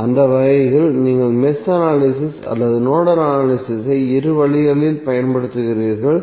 அந்த வகையில் நீங்கள் மெஷ் அனலிசிஸ் அல்லது நோடல் அனலிசிஸ் ஐ இரு வழிகளிலும் பயன்படுத்துகிறீர்கள்